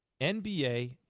NBA